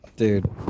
Dude